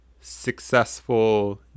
successful